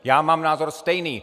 Já mám názor stejný!